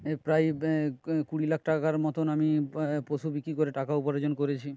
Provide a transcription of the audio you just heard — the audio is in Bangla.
প্রায় কুড়ি লাখ টাকার মতন আমি পশু বিক্রি করে টাকা উপার্জন করেছি